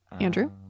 Andrew